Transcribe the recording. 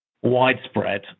widespread